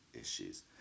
issues